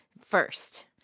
first